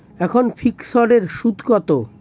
এখন ফিকসড এর সুদ কত?